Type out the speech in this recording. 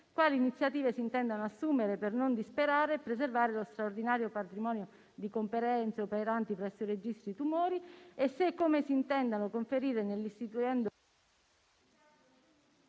quali iniziative si intenda assumere per non disperdere e per preservare lo straordinario patrimonio di competenze operanti presso i registri tumori italiani; se e come si intendano conferire nell'istituendo